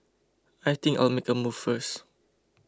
I think I'll make a move first